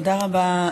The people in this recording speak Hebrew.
תודה רבה.